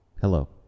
Hello